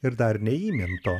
ir dar neįminto